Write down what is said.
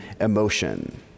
emotion